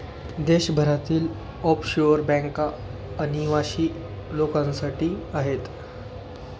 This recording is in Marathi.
देशभरातील ऑफशोअर बँका अनिवासी लोकांसाठी आहेत